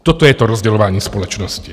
Toto je to rozdělování společnosti.